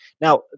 Now